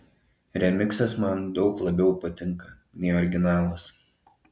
remiksas man daug labiau patinka nei originalas